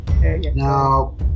Now